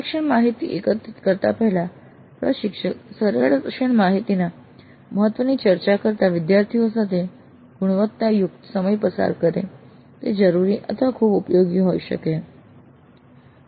સર્વેક્ષણ માહિતી એકત્રિત કરતા પહેલા પ્રશિક્ષક સર્વેક્ષણ માહિતીના મહત્વની ચર્ચા કરતા વિદ્યાર્થીઓ સાથે ગુણવત્તાયુક્ત સમય પસાર કરે તે જરૂરી અથવા ખૂબ ઉપયોગી હોઈ શકે છે